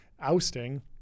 ousting